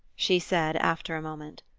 she said after a moment.